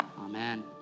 Amen